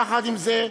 יחד עם זה,